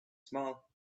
small